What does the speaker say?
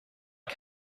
but